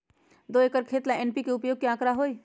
दो एकर खेत ला एन.पी.के उपयोग के का आंकड़ा होई?